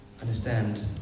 understand